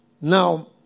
Now